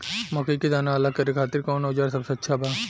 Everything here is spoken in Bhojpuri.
मकई के दाना अलग करे खातिर कौन औज़ार सबसे अच्छा बा?